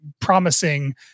promising